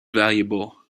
valuable